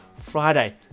Friday